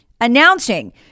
announcing